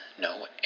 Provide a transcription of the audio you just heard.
No